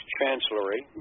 Chancellery